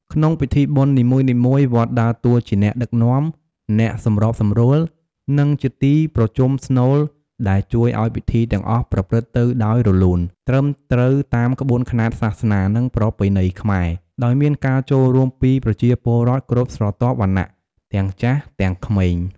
ក្នុងពិធីបុណ្យនីមួយៗ វត្តដើរតួជាអ្នកដឹកនាំ អ្នកសម្របសម្រួល និងជាទីប្រជុំស្នូល ដែលជួយឲ្យពិធីទាំងអស់ប្រព្រឹត្តទៅដោយរលូន ត្រឹមត្រូវតាមក្បួនខ្នាតសាសនា និងប្រពៃណីខ្មែរ ដោយមានការចូលរួមពីប្រជាពលរដ្ឋគ្រប់ស្រទាប់វណ្ណៈ ទាំងចាស់ទាំងក្មេង។